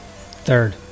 Third